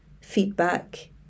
feedback